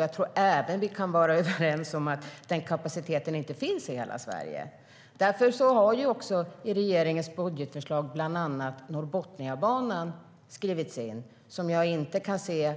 Jag tror att vi även kan vara överens om att den kapaciteten inte finns i hela Sverige. Därför har bland annat Norrbotniabanan skrivits in i regeringens budget. Men jag kan inte se